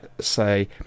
say